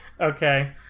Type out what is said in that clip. Okay